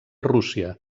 rússia